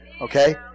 Okay